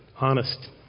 honest